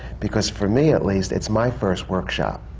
because for me at least, it's my first workshop.